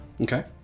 Okay